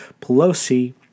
Pelosi